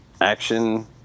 action